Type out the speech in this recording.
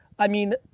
i mean,